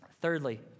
Thirdly